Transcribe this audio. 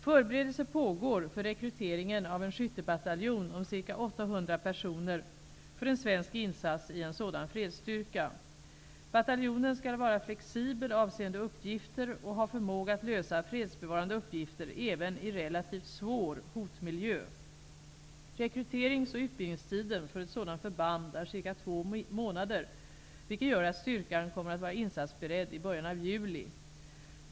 Förberedelser pågår för rekryteringen av en skyttebataljon om ca 800 personer för en svensk insats i en sådan fredsstyrka. Bataljonen skall vara flexibel avseende uppgifter och ha förmåga att lösa fredsbevarande uppgifter även i relativt svår hotmiljö. Rekryterings och utbildningstiden för ett sådant förband är cirka två månader, vilket gör att styrkan kommer att vara insatsberedd i början av juli.